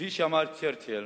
וכפי שאמר צ'רצ'יל